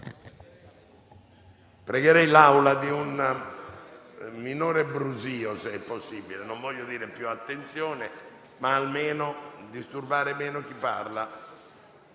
colleghi ad un minore brusio, se è possibile; non voglio dire a più attenzione, ma almeno a disturbare meno chi parla.